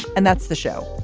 and that's the show.